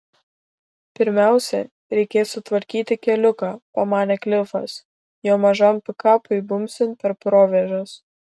pirmiausia reikės sutvarkyti keliuką pamanė klifas jo mažam pikapui bumbsint per provėžas